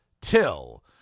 Till